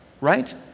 right